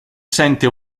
sente